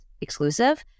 exclusive